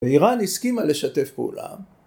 ‫ואיראן הסכימה לשתף פעולה.